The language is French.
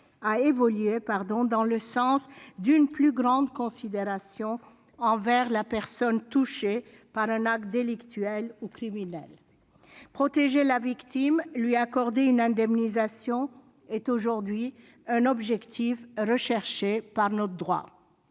a évolué dans le sens d'une plus grande considération envers la personne touchée par un acte délictuel ou criminel. Protéger la victime et lui accorder une indemnisation sont aujourd'hui des objectifs recherchés par notre droit.